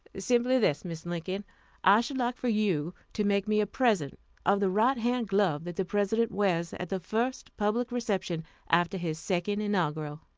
simply this, mrs. lincoln i should like for you to make me a present of the right-hand glove that the president wears at the first public reception after his second inaugural.